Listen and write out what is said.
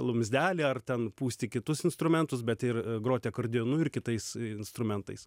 lumzdelį ar ten pūsti kitus instrumentus bet ir groti akordeonu ir kitais instrumentais